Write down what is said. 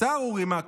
לשר אורי מקלב,